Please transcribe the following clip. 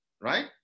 right